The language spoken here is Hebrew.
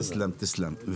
תיסלם, תיסלם.